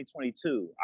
2022